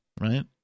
Right